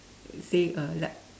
say uh like